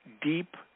deep